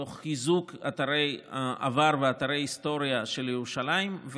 תוך חיזוק אתרי העבר ואתרי היסטוריה של ירושלים,